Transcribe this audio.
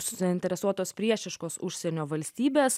suinteresuotos priešiškos užsienio valstybės